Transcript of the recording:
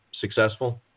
successful